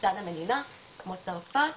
מצד המדינה, כמו צרפת,